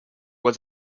was